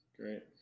Great